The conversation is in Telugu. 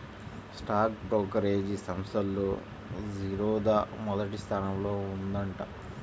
స్టాక్ బ్రోకరేజీ సంస్థల్లో జిరోదా మొదటి స్థానంలో ఉందంట